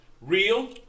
real